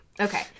Okay